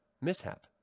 Mishap